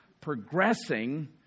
progressing